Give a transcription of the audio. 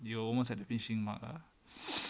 you almost at the finishing mark ah